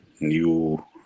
new